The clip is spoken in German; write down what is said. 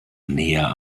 näher